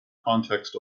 context